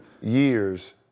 years